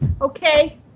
Okay